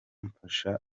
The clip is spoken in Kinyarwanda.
mfasha